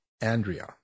Andrea